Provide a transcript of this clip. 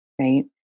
right